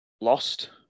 lost